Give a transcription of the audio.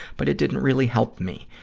but it didn't really help me.